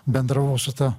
bendravau su ta